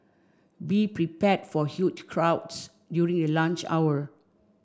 be prepared for huge crowds during the lunch hour